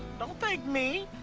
don't thank me.